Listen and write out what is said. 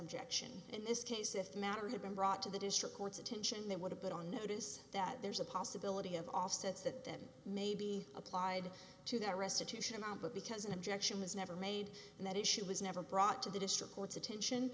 objection in this case if the matter had been brought to the district court's attention they would have put on notice that there's a possibility of offsets that may be applied to that restitution amount but because an objection was never made and that issue was never brought to the district court's attention